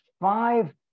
five